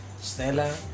Stella